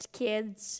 kids